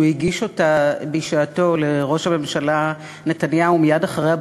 שהוא הגיש בשעתו לראש הממשלה נתניהו מייד אחרי הבחירות,